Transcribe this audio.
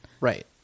Right